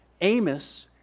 Amos